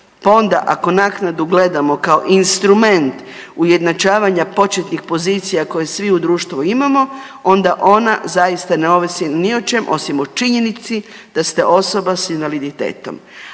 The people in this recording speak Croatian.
onda ako naknadu gledamo kao instrument ujednačavanja početnih pozicija koje svi u društvu imamo onda ona zaista ne ovisni ni o čem osim o činjenici da ste osoba s invaliditetom.